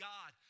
God